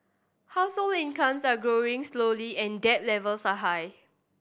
household incomes are growing slowly and debt levels are high